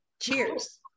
Cheers